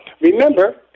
Remember